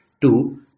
Two